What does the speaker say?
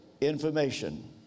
information